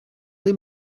him